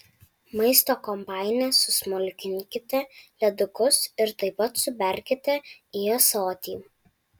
maisto kombaine susmulkinkite ledukus ir taip pat suberkite į ąsotį